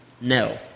No